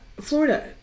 Florida